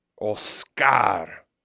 Oscar